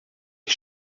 que